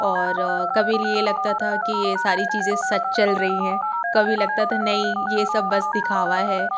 और कभी ये लगता था कि ये सारी चीज़ें सच चल रही हैं कभी लगता था नहीं ये सब बस दिखावा है